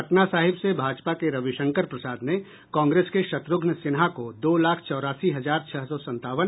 पटना साहिब से भाजपा के रविशंकर प्रसाद ने कांग्रेस के शत्रुघ्न सिन्हा को दो लाख चौरासी हजार छह सौ संतावन